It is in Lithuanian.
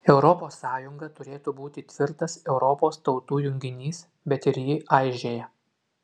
europos sąjunga turėtų būti tvirtas europos tautų junginys bet ir ji aižėja